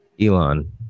Elon